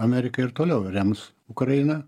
amerika ir toliau rems ukrainą